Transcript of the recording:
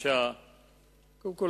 קודם כול,